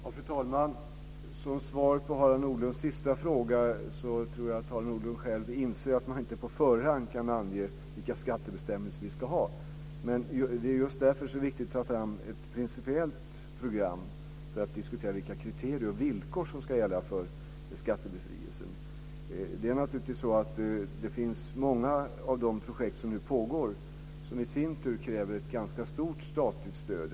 Fru talman! Som svar på Harald Nordlunds sista fråga vill jag säga att jag tror att Harald Nordlund själv inser att man inte på förhand kan ange vilka skattebestämmelser vi ska ha. Det är just därför viktigt att ta fram ett principiellt program för att diskutera vilka kriterier och villkor som ska gälla för skattebefrielsen. Många av de projekt som nu pågår kräver i sin tur ett ganska stort statligt stöd.